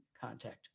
contact